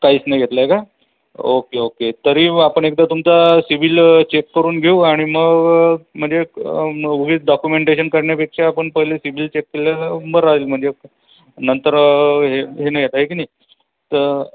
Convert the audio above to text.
काहीच नाही घेतलं आहे का ओके ओके तरी मग आपण एकदा तुमचा सिव्हिल चेक करून घेऊ आणि मग म्हणजे मग उगीच डॉकुमेंटेशन करण्यापेक्षा आपण पहिले सिव्हिल चेक केलेलं बरं राहील म्हणजे नंतर हे हे नाही आहे की नाही तर